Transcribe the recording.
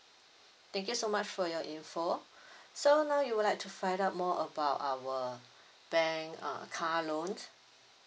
thank you so much for your information so now you would like to find out more about our bank uh car loans